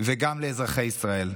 וגם לאזרחי ישראל.